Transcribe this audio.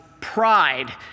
pride